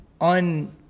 un